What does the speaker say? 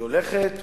היא הולכת ומתגברת,